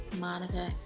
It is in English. Monica